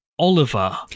Oliver